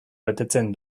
betetzen